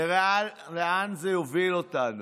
נראה לאן זה יוביל אותנו,